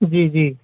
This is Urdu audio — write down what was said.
جی جی